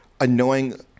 annoying